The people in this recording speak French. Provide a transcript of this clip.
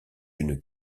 d’une